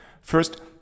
first